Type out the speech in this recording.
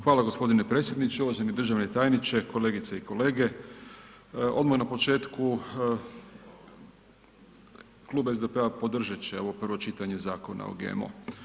Hvala g. predsjedniče, uvaženi državni tajniče, kolegice i kolege, odmah na početku Klub SDP-a podržat će ovo prvo čitanje zakona o GMO.